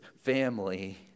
family